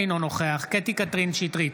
אינו נוכח קטי קטרין שטרית,